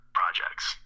projects